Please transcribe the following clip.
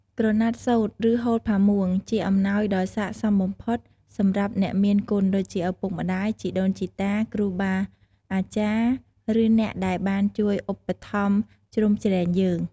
ក្រណាត់សូត្រ ឬហូលផាមួង ជាអំណោយដ៏ស័ក្តិសមបំផុតសម្រាប់អ្នកមានគុណដូចជា ឪពុកម្តាយ ជីដូនជីតា គ្រូបាអាចារ្យ ឬអ្នកដែលបានជួយឧបត្ថម្ភជ្រោមជ្រែងយើង។